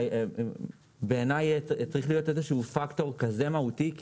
החברה בעיני לא צריך להיות פקטור כזה מהותי.